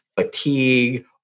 Fatigue